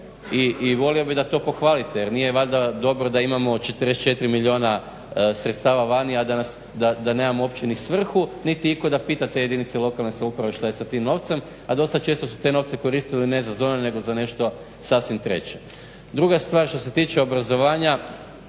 i volio bih da to pohvalite jer nije valjda dobro da imamo 44 milijuna sredstava vani a da nas, da nemamo uopće ni svrhu niti itko da pita te jedinice lokalne samouprave šta je sa tim novcem. A dosta često su te novce koristili ne za zone, nego za nešto sasvim treće. Druga stvar što se tiče obrazovanja,